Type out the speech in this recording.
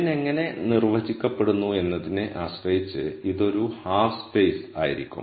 n എങ്ങനെ നിർവചിക്കപ്പെടുന്നു എന്നതിനെ ആശ്രയിച്ച് ഇത് ഒരു ഹാഫ് സ്പേസ് ആയിരിക്കും